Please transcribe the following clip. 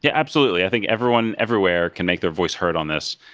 yeah absolutely. i think everyone everywhere can make their voice heard on this,